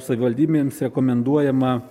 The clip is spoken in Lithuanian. savivaldybėms rekomenduojama